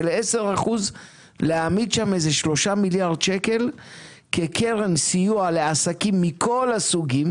של 10% - להעמיד שם שלושה מיליארד שקל כקרן סיוע לעסקים מכל הסוגים: